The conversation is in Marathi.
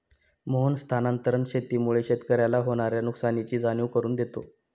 मोहन स्थानांतरण शेतीमुळे शेतकऱ्याला होणार्या नुकसानीची जाणीव करून देतो